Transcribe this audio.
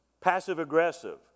Passive-aggressive